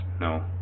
No